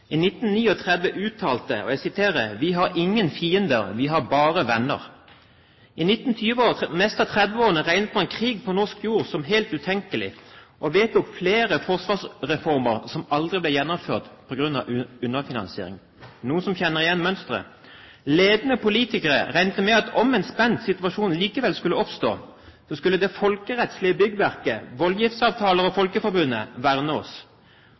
i 1939 uttalte: Vi har ingen fiender, vi har bare venner. I 1920-årene og det meste av 1930-årene regnet man krig på norsk jord som helt utenkelig, og vedtok flere forsvarsreformer som aldri ble gjennomført på grunn av underfinansiering. Er det noen som kjenner igjen mønsteret? Ledende politikere regnet med at om en spent situasjon likevel skulle oppstå, skulle det folkerettslige byggverket, voldgiftsavtaler og Folkeforbundet verne oss